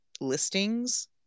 listings